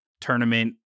tournament